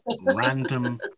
random